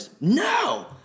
No